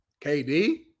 KD